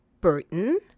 Burton